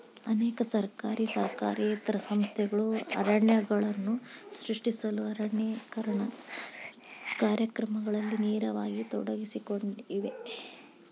ಅನೇಕ ಸರ್ಕಾರಿ ಸರ್ಕಾರೇತರ ಸಂಸ್ಥೆಗಳು ಅರಣ್ಯಗಳನ್ನು ಸೃಷ್ಟಿಸಲು ಅರಣ್ಯೇಕರಣ ಕಾರ್ಯಕ್ರಮಗಳಲ್ಲಿ ನೇರವಾಗಿ ತೊಡಗಿಸಿಕೊಂಡಿವೆ